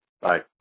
Bye